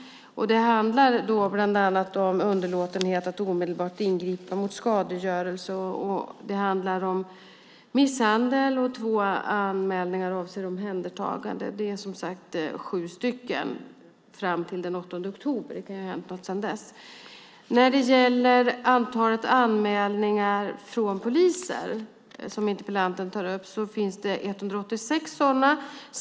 Det handlar bland annat om underlåtenhet att omedelbart ingripa mot skadegörelse, och det handlar om misshandel. Två anmälningar avser omhändertagande. Det är som sagt sju stycken, eller var det i alla fall fram till den 8 oktober. Det kan ju ha hänt något sedan dess. När det gäller antalet anmälningar från poliser, som interpellanten tar upp, finns det 186 sådana.